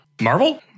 Marvel